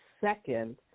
second